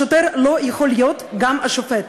השוטר לא יכול להיות גם השופט.